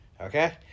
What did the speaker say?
Okay